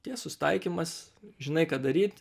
tie susitaikymas žinai ką daryt